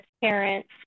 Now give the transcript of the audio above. parents